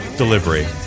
Delivery